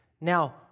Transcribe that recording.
Now